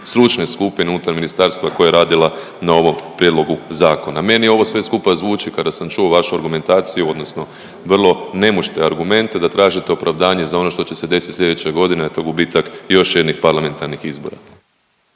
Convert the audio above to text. stručne skupine unutar Ministarstva koja je radila na ovom prijedlogu zakona. Meni ovo sve skupa zvuči kada sam čuo vašu argumentaciju odnosno vrlo nemoćne argumente da tražite opravdanje za ono što će se desiti slijedeće godine, a to je gubitak još jednih parlamentarnih izbora.